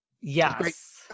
Yes